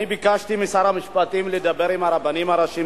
אני ביקשתי משר המשפטים לדבר עם הרבנים הראשיים,